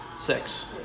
Six